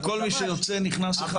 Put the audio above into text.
על כל מי שיוצא נכנס אחד?